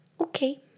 okay